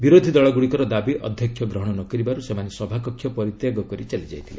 ବିରୋଧୀ ଦଳଗୁଡ଼ିକର ଦାବି ଅଧ୍ୟକ୍ଷ ଗ୍ରହଣ ନ କରିବାରୁ ସେମାନେ ସଭାକକ୍ଷ ପରିତ୍ୟାଗ କରି ଚାଲିଯାଇଥିଲେ